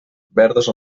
verdes